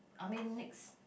I mean next